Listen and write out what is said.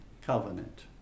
covenant